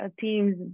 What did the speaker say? teams